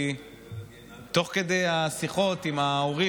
תוך כדי השיחות עם ההורים